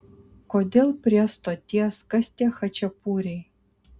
kodėl prie stoties kas tie chačapuriai